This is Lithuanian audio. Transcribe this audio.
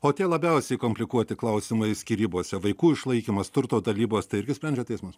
o tie labiausiai komplikuoti klausimai skyrybos vaikų išlaikymas turto dalybos tai irgi sprendžia teismas